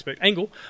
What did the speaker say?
angle